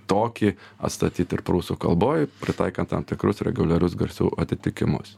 tokį atstatyt ir prūsų kalboj pritaikant tam tikrus reguliarius garsų atitikimus